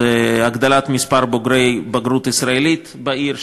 הגדלת מספר בוגרי בגרות ישראלית בעיר,